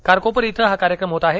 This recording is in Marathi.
खारकोपर इथं हा कार्यक्रम होत आहे